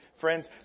Friends